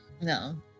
No